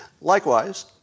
Likewise